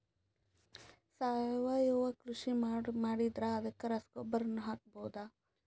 ಸಾವಯವ ಕೃಷಿ ಮಾಡದ್ರ ಅದಕ್ಕೆ ರಸಗೊಬ್ಬರನು ಹಾಕಬಹುದಾ?